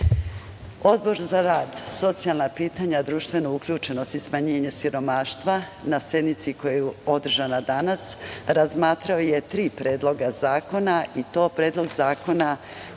za rad, socijalna pitanja, društvenu uključenost i smanjenje siromaštva, na sednici koja je održana danas razmatrao je tri predloga zakona i to Predlog zakona